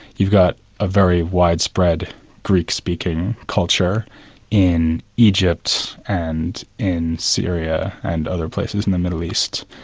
you've got a very widespread greek speaking culture in egypt and in syria and other places in the middle east.